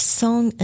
song